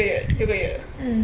mm 蛮好的啊